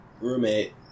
Roommate